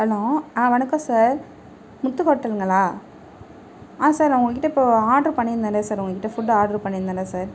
hello ஆ வணக்கம் sir Muthu ஹோட்டலுங்களா ஆ சார் நான் உங்கள்கிட்ட இப்போது ஆட்ரு பண்ணியிருந்தேன்ல சார் உங்கள்கிட்ட ஃபுட் ஆட்ரு பண்ணியிருந்தேன்ல சார்